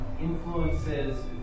influences